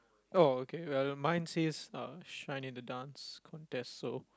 oh okay well mine says uh shine in the Dance Contest so